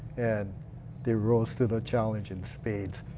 and they rose to the challenge and stayed.